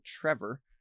Trevor